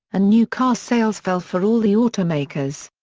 and new car sales fell for all the automakers.